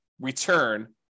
return